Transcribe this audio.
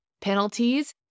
penalties